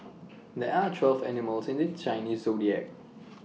there are twelve animals in the Chinese Zodiac